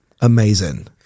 Amazing